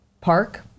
Park